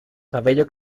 cabello